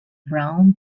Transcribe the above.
brown